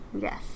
yes